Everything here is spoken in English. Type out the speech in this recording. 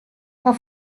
her